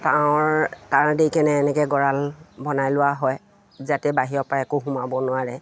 তাঁৰৰ তাঁৰ দি কেনে এনেকৈ গঁৰাল বনাই লোৱা হয় যাতে বাহিৰৰ পৰা একো সোমাব নোৱাৰে